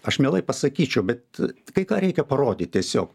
aš mielai pasakyčiau bet kai ką reikia parodyt tiesiog